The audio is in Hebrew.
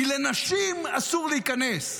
כי לנשים אסור להיכנס,